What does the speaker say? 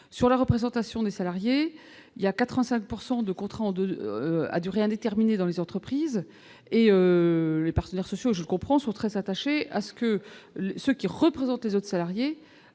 sur la représentation des salariés, il y a 85 pourcent de compte rendu à durée indéterminée dans les entreprises et les partenaires sociaux, je comprends, sont très attachés à ce que, ce qui représente les autres salariés